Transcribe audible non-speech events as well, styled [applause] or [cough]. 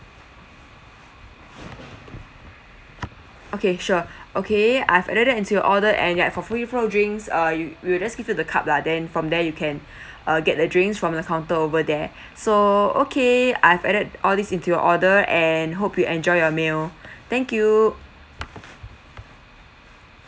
okay sure okay I've added into your order and that for free flow drinks uh you we'll just give you the cup lah then from there you can [breath] uh get the drinks from the counter over there so okay I've added all these into your order and hope you enjoy your meal thank you